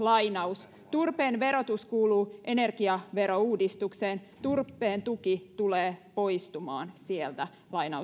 turpeen verotus kuuluu energiaverouudistukseen turpeen tuki tulee poistumaan sieltä